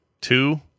Two